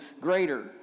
Greater